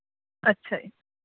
ਅੱਛਾ ਜੀ